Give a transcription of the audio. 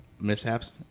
mishaps